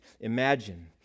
imagine